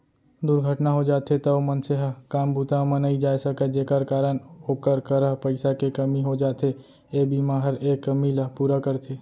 दुरघटना हो जाथे तौ मनसे ह काम बूता म नइ जाय सकय जेकर कारन ओकर करा पइसा के कमी हो जाथे, ए बीमा हर ए कमी ल पूरा करथे